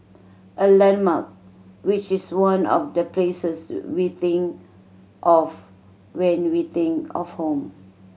a landmark which is one of the places we think of when we think of home